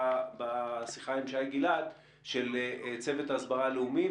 בשיחה עם שי גלעד של צוות ההסברה הלאומי,